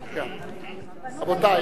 בנו,